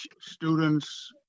students